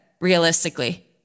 realistically